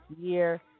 year